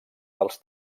dels